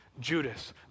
Judas